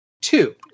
Two